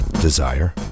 desire